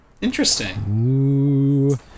Interesting